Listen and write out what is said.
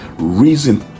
reason